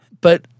but-